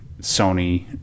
Sony